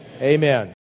Amen